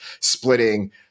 splitting